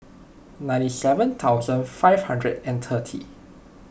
ninety seven thousand five hundred and thirty